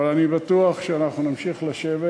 אבל אני בטוח שאנחנו נמשיך לשבת,